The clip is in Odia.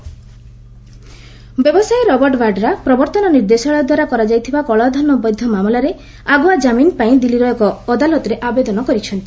କୋର୍ଟ ବାଡ୍ରା ବ୍ୟବସାୟୀ ରବଟ୍ ବାଡ୍ରା ପ୍ରବର୍ତ୍ତନ ନିର୍ଦ୍ଦେଶାଳୟ ଦ୍ୱାରା କରାଯାଇଥିବା କଳାଧନ ବୈଧ ମାମଲାରେ ଆଗୁଆ କ୍କାମିନ୍ ପାଇଁ ଦିଲ୍ଲୀର ଏକ ଅଦାଲତରେ ଆବେଦନ କରିଛନ୍ତି